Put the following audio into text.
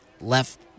left